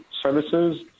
services